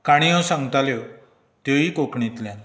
काणयो सांगताल्यो त्योयी कोंकणींतल्यान